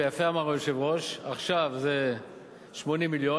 ויפה אמר היושב-ראש: עכשיו זה 80 מיליון,